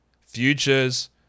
futures